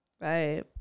Right